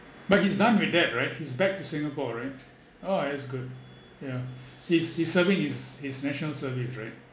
but he's done with that right he's back to singapore right orh that is good yeah he's he's serving his his national service right